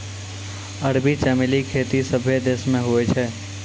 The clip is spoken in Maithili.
अरबी चमेली खेती सभ्भे देश मे हुवै छै